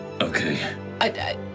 Okay